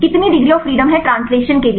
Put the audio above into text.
कितनी degree of freedom हैं translation के लिए